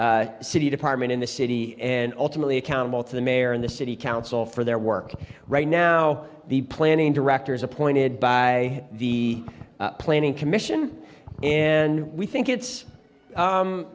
city department in the city and ultimately accountable to the mayor and the city council for their work right now the planning director is appointed by the planning commission and we think